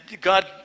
God